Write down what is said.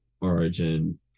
origin